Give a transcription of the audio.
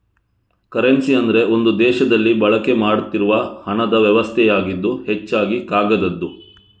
currency ಅಂದ್ರೆ ಒಂದು ದೇಶದಲ್ಲಿ ಬಳಕೆ ಮಾಡ್ತಿರುವ ಹಣದ ವ್ಯವಸ್ಥೆಯಾಗಿದ್ದು ಹೆಚ್ಚಾಗಿ ಕಾಗದದ್ದು